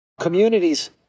Communities